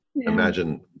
imagine